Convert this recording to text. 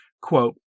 Quote